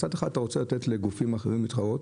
מצד אחד, אתה רוצה לתת לגופים אחרים להתחרות,